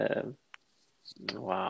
Wow